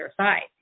side